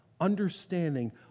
understanding